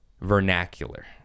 vernacular